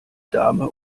dame